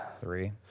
Three